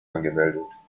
angemeldet